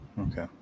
Okay